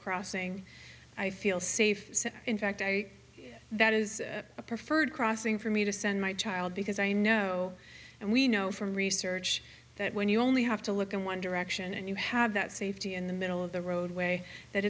crossing i feel safe in fact i that is the preferred crossing for me to send my child because i know and we know from research that when you only have to look in one direction and you have that safety in the middle of the roadway that